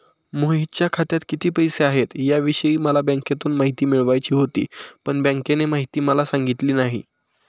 मोहितच्या खात्यात किती पैसे आहेत याविषयी मला बँकेतून माहिती मिळवायची होती, पण बँकेने माहिती मला सांगितली नाही